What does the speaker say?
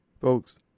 folks